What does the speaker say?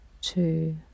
two